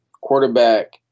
Quarterback